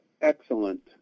excellent